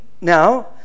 now